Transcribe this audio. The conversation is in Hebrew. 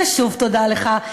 ושוב תודה לך.